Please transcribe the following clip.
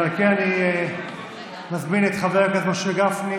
ועל כן אני מזמין את חבר הכנסת משה גפני